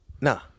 No